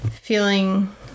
feeling